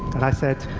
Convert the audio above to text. and i said,